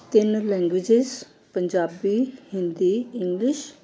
ਤਿੰਨ languages Punjabi Hindi English